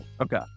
okay